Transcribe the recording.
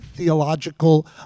theological